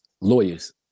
lawyers